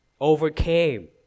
overcame